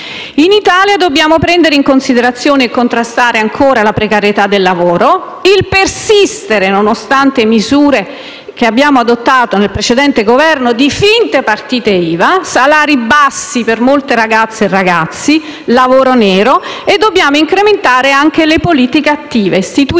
In Italia dobbiamo prendere in considerazione e contrastare ancora la precarietà del lavoro, il persistere, nonostante misure che abbiamo adottato nel precedente Governo, di finte partite IVA, i salari bassi per molti ragazze e ragazzi, il lavoro nero, e quindi dobbiamo incrementare le politiche attive, istituire